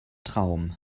traum